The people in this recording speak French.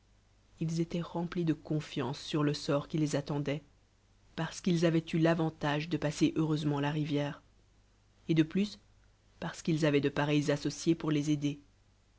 ils étoient remplis de confiance sur le sort qui les attendoit parce qu ils avoient eu l'avantage de passer heureusement la rivière et de plus parce qu'ils avoient de pareils associés pour les aider